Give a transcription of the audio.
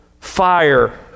fire